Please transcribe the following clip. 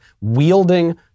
wielding